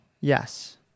yes